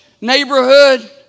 neighborhood